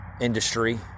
industry